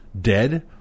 dead